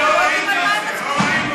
אנחנו לא יודעים על מה מצביעים.